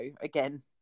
again